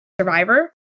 survivor